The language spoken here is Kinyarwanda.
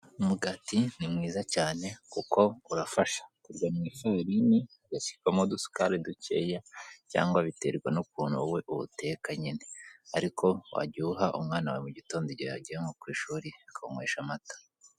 Umugati ni mwiza cyane kuko urafasha, ukoze mw'ifarini ugasukamo udusukari dukeya cyangwa biterwa n'ukuntu wowe uwuteka nyine ariko wajya uwuha umwana wawe mu gitondo igihe agiye nko ku ishuri akawunywesha amata.